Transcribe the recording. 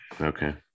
Okay